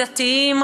דתיים,